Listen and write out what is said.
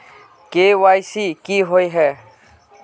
KYC की हिये है?